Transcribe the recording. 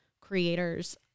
creators